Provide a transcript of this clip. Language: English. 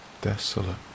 desolate